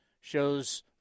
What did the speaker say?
shows –